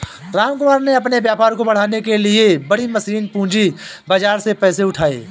रामकुमार ने अपने व्यापार को बढ़ाने के लिए बड़ी मशीनरी पूंजी बाजार से पैसे उठाए